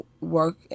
work